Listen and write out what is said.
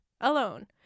alone